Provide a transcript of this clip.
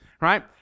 Right